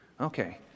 Okay